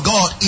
God